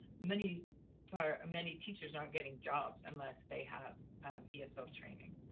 many many teachers aren't getting jobs unless they have esl training.